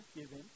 given